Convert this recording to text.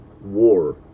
war